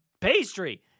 pastry